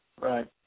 right